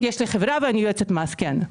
יש לי חברה ואני יועצת מס, כן.